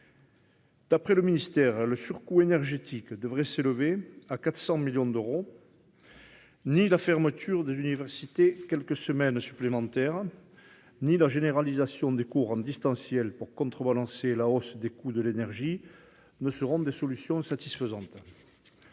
D'après le ministère, le surcoût énergétique devrait s'élever à 400 millions d'euros. Ni la fermeture des universités quelques semaines supplémentaires ni la généralisation des cours en distanciel pour contrebalancer la hausse des coûts de l'énergie ne seront des solutions satisfaisantes.